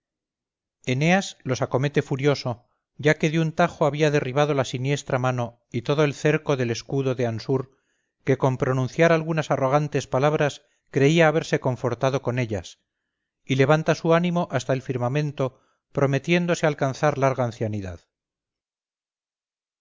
eneas los acomete furioso ya de un tajo había derribado la siniestra mano y todo el cerco del escudo de ansur que con pronunciar algunas arrogantes palabras creía haberse confortado con ellas y levantaba su ánimo hasta el firmamento prometiéndose alcanzar larga ancianidad